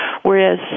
Whereas